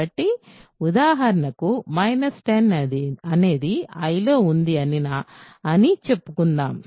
కాబట్టి ఉదాహరణకు 10 అనేది I లో ఉంది అని చెప్పుకుందాం